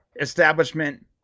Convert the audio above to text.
establishment